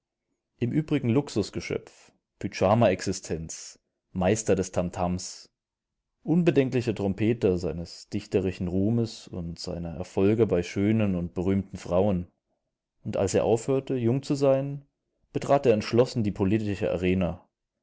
im übrigen luxusgeschöpf pyjamaexistenz meister des tamtams unbedenklicher trompeter seines dichterischen ruhmes und seiner erfolge bei schönen und berühmten frauen und als er aufhörte jung zu sein betrat er entschlossen die politische arena